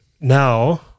Now